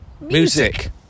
music